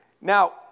Now